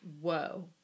Whoa